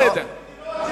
שאלה, בסדר.